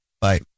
bye